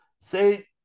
Say